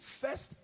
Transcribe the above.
first